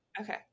Okay